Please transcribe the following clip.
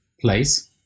place